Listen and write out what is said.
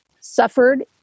suffered